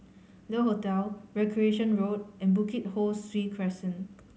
Le Hotel Recreation Road and Bukit Ho Swee Crescent